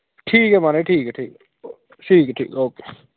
ठीक ऐ म्हाराज ठीक ऐ ठीक ऐ ठीक ऐ ठीक ऐ ओके